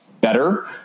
better